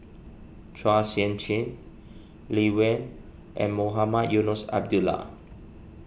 Chua Sian Chin Lee Wen and Mohamed Eunos Abdullah